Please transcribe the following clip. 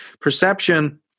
Perception